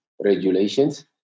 regulations